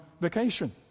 vacation